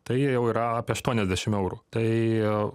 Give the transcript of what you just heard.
tai jau yra apie aštuoniasdešim eurų tai